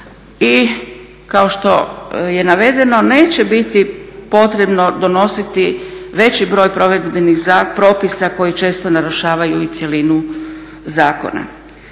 i kao što je navedeno, neće biti potrebno donositi veći broj provedbenih propisa koji često narušavaju i cjelinu zakona.